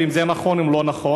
ואם זה נכון או לא נכון.